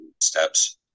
steps